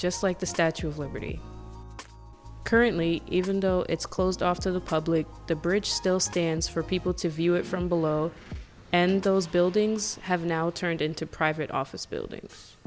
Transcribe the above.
just like the statue of liberty currently even though it's closed off to the public the bridge still stands for people to view it from below and those buildings have now turned into private office buildings